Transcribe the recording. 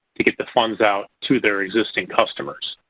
to get the funds out to their existing customers.